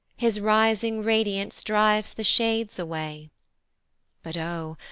his rising radiance drives the shades away but oh!